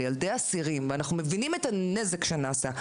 ילדי אסירים ואנחנו מבינים את הנזק שנעשה,